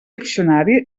diccionari